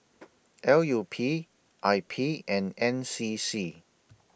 L U P I P and N C C